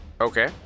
Okay